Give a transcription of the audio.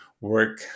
work